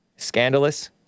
Scandalous